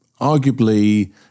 arguably